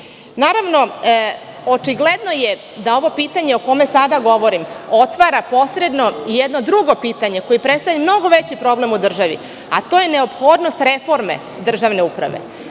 očigledno je da ovo pitanje o kome sada govorim otvara posredno i jedno drugo pitanje, koje predstavlja mnogo veći problem u državi, a to je neophodnost reforme državne uprave.